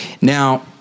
Now